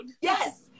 Yes